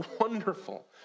wonderful